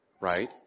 right